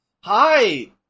Hi